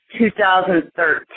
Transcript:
2013